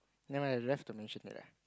never mind left the